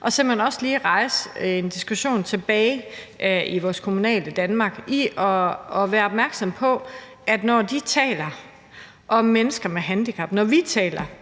og simpelt hen også lige rejse en diskussion tilbage i vores kommunale Danmark, altså at være opmærksom på, at når de taler om mennesker med handicap; når vi taler